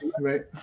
right